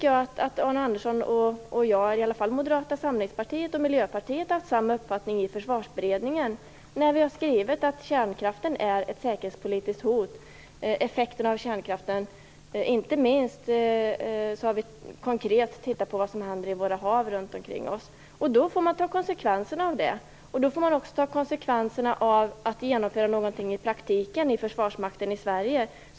Jag tycker att Moderata samlingspartiet och Miljöpartiet har haft samma uppfattning i försvarsberedningen när vi skrev att effekten av kärnkraften är ett säkerhetspolitiskt hot. Vi har inte minst tittat på vad som händer i våra hav runt omkring oss. Då måste man ta konsekvenserna av det. Då måste man också ta konsekvenserna av att genomföra någonting i praktiken i Försvarsmakten i Sverige.